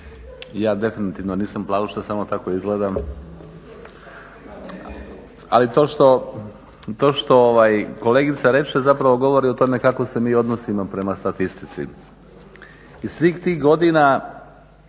Ja definitivno nisam plavuša, samo tako izgledam. Ali to što kolegica reče zapravo govori o tome kako se mi odnosimo prema statistici. Iz svih tih godina,